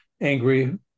angry